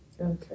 Okay